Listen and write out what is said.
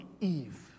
Eve